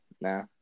nah